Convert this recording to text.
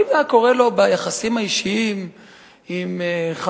אם זה היה קורה לו ביחסים האישיים עם חבריו,